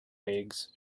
eggs